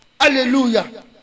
Hallelujah